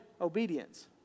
obedience